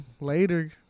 later